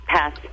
Pass